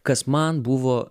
kas man buvo